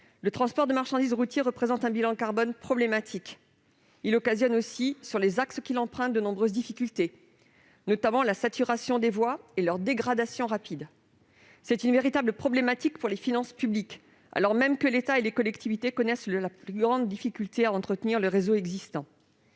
Le transport de marchandises routier représente un bilan carbone problématique. Il entraîne aussi, sur les axes qu'il emprunte, de nombreuses difficultés, notamment la saturation des voies et leur dégradation rapide. Ce dernier phénomène constitue une véritable problématique pour les finances publiques, alors même que l'État et les collectivités connaissent les plus grandes difficultés à entretenir le réseau existant.